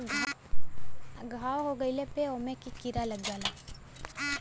घाव हो गइले पे ओमे भी कीरा लग जाला